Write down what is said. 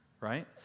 right